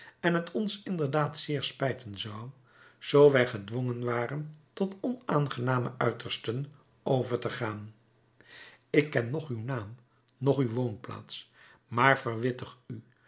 en t ons inderdaad zeer spijten zou zoo wij gedwongen waren tot onaangename uitersten over te gaan ik ken noch uw naam noch uw woonplaats maar verwittig u